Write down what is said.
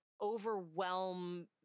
overwhelm